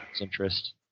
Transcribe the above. interest